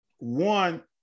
One